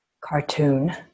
cartoon